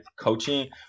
coaching